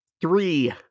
Three